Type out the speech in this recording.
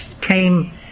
came